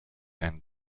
and